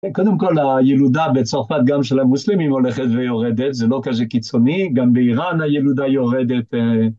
קודם כל הילודה בצרפת גם של המוסלמים הולכת ויורדת, זה לא כזה קיצוני, גם באיראן הילודה יורדת.